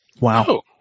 Wow